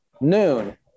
noon